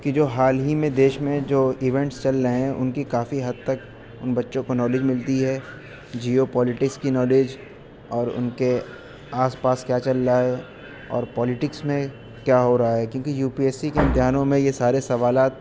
کہ جو حال ہی میں دیش میں جو ایونٹس چل رہے ہیں ان کی کافی حد تک ان بچوں کو نالج ملتی ہے جیو پالیٹکس کی نالج اور ان کے آس پاس کیا چل رہا ہے اور پالیٹکس میں کیا ہو رہا ہے کیوں کہ یو پی ایس سی کے امتحانوں میں یہ سارے سوالات